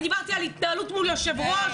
אני דיברתי על התנהלות מול יושב-ראש.